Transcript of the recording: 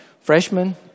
freshman